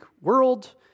world